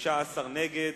38, נגד,